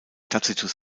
tacitus